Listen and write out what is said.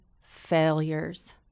failures